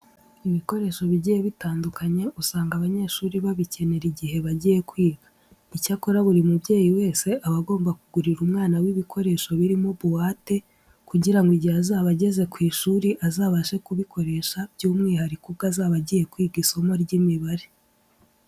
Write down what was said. Ibikoresho bigiye bitandukanye usanga abanyeshuri babikenera igihe bagiye kwiga. Icyakora buri mubyeyi wese agomba kugurira umwana we ibikoresho birimo buwate kugira ngo igihe azaba ageze ku ishuri azabashe kubikoresha by'umwihariko ubwo azaba agiye kwiga isomo ry'imibare.